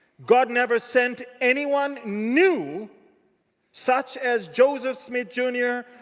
god never sent anyone new such as joseph smith jr.